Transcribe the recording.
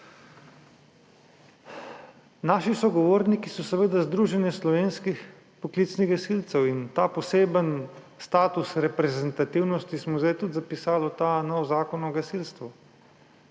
Naši sogovorniki so seveda iz Združenja slovenskih poklicnih gasilcev in ta posebni status reprezentativnosti smo zdaj tudi zapisali v ta novi Zakon o gasilstvu.